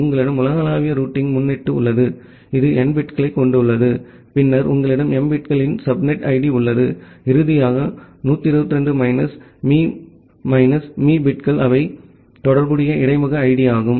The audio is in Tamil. உங்களிடம் உலகளாவிய ரூட்டிங் முன்னொட்டு உள்ளது இது n பிட்களைக் கொண்டுள்ளது பின்னர் உங்களிடம் m பிட்களின் சப்நெட் ஐடி உள்ளது இறுதியாக 128 மைனஸ் மீ மைனஸ் மீ பிட்கள் அவை தொடர்புடைய இடைமுக ஐடி ஆகும்